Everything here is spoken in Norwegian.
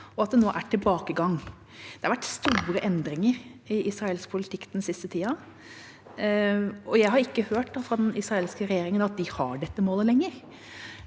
og at det nå er tilbakegang. Det har vært store endringer i israelsk politikk den siste tida, og jeg har ikke hørt fra den israelske regjeringa at de har dette målet lenger.